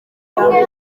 umwe